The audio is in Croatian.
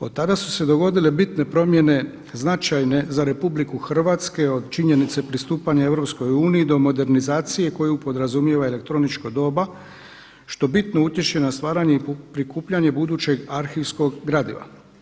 Od tada su se dogodile bitne promjene, značajne za RH od činjenice pristupanja EU do modernizacije koju podrazumijeva elektroničko doba što bitno utječe na stvaranje i prikupljanje budućeg arhivskog gradiva.